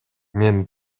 мен